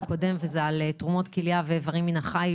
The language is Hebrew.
זה דיון על תרומות כליה ואיברים מן החי,